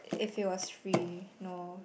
if it was free no